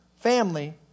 family